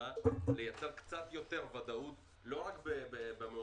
מהממשלה לייצר קצת יותר ודאות לא רק במועדים,